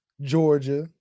Georgia